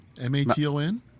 M-A-T-O-N